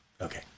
Okay